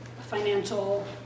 financial